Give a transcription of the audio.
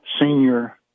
senior